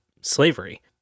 slavery